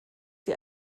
sie